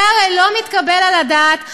זה הרי לא מתקבל על הדעת.